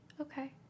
okay